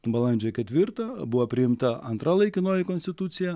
balandžio ketvirtą buvo priimta antra laikinoji konstitucija